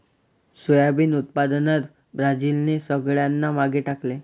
soybean उत्पादनात ब्राझीलने सगळ्यांना मागे टाकले